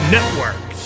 Network